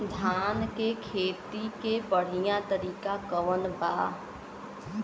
धान के खेती के बढ़ियां तरीका कवन बा?